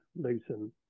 Luton